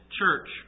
church